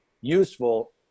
useful